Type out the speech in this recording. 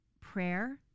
prayer